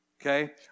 okay